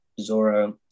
zora